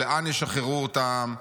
לאן ישחררו אותם,